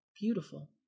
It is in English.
beautiful